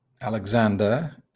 alexander